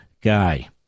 guy